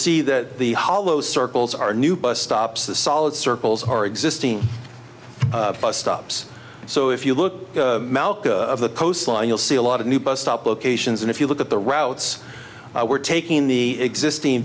see that the hollow circles are new bus stops the solid circles are existing bus stops so if you look malka of the coastline you'll see a lot of new bus stop locations and if you look at the routes we're taking the existing